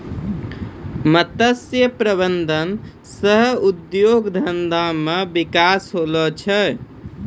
मत्स्य प्रबंधन सह उद्योग धंधा मे बिकास होलो छै